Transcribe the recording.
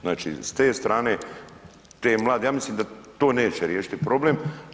Znači s te strane te mlade, ja mislim da to neće riješiti problem.